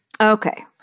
Okay